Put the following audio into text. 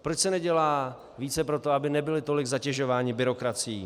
Proč se nedělá více pro to, aby nebyli tolik zatěžováni byrokracií?